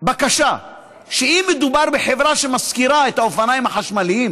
בקשה שאם מדובר בחברה שמשכירה את האופניים החשמליים